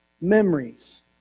memories